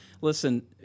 listen